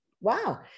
wow